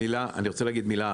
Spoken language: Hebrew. אני רוצה להגיד מילה אחת,